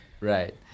Right